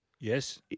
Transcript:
Yes